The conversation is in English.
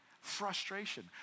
Frustration